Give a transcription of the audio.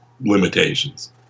limitations